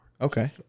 Okay